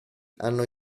hanno